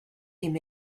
him